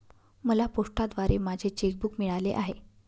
मला पोस्टाद्वारे माझे चेक बूक मिळाले आहे